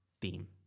theme